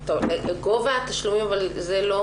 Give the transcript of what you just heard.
גובה התשלומים זה לא